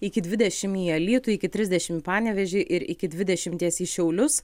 iki dvidešim į alytų iki trisdešim į panevėžį ir iki dvidešimties į šiaulius